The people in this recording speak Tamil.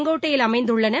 செங்கோட்டையில் அமைந்துள்ளன